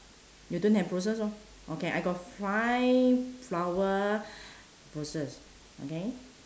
you don't have bushes lor okay I got five flower bushes okay